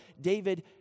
David